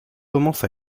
commence